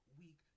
week